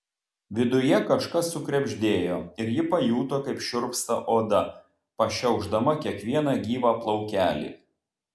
viduje kažkas sukrebždėjo ir ji pajuto kaip šiurpsta oda pašiaušdama kiekvieną gyvą plaukelį